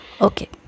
okay